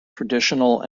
traditional